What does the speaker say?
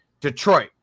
Detroit